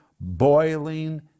boiling